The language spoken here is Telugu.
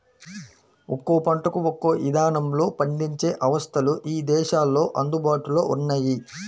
ఒక్కో పంటకు ఒక్కో ఇదానంలో పండించే అవస్థలు ఇదేశాల్లో అందుబాటులో ఉన్నయ్యి